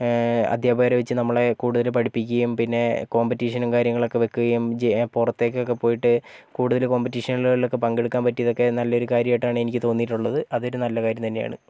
അധ്യാപകരെ വെച്ച് നമ്മളെ കൂടുതൽ പഠിപ്പിക്കുകയും പിന്നെ കോമ്പറ്റീഷനും കാര്യങ്ങളൊക്കെ വെയ്ക്കുകയും ജയി പുറത്തേക്കൊക്കെ പോയിട്ട് കൂടുതൽ കോമ്പറ്റീഷനുകളിലൊക്കെ പങ്കെടുക്കാൻ പറ്റിയതൊക്കെ നല്ലൊരു കാര്യമായിട്ടാണ് എനിക്ക് തോന്നിയിട്ടുള്ളത് അതൊരു നല്ല കാര്യം തന്നെയാണ്